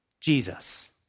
Jesus